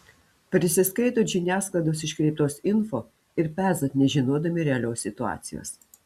prisiskaitot žiniasklaidos iškreiptos info ir pezat nežinodami realios situacijos